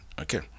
Okay